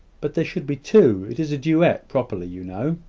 but there should be two it is a duet, properly, you know.